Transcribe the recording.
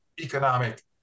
economic